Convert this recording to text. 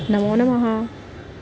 नमो नमः